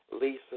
Lisa